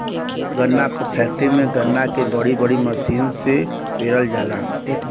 गन्ना क फैक्ट्री में गन्ना के बड़ी बड़ी मसीन से पेरल जाला